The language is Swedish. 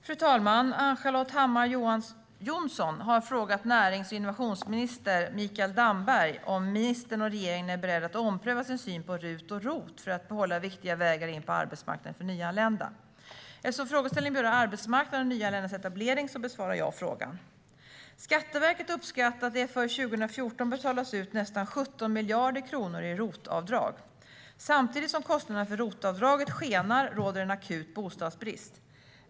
Fru talman! Ann-Charlotte Hammar Johnsson har frågat närings och innovationsminister Mikael Damberg om ministern och regeringen är beredda att ompröva sin syn på RUT och ROT för att behålla viktiga vägar in på arbetsmarknaden för nyanlända. Eftersom frågeställningen berör arbetsmarknad och nyanländas etablering besvarar jag frågan. Skatteverket uppskattar att det för 2014 betalats ut nästan 17 miljarder kronor i ROT-avdrag. Samtidigt som kostnaderna för ROT-avdraget skenar råder det en akut bostadsbrist.